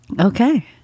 Okay